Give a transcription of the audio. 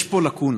יש פה לקונה.